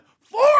four